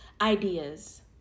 ideas